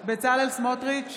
בצלאל סמוטריץ'